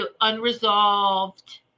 unresolved